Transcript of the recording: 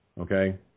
okay